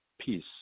peace